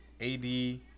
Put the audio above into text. AD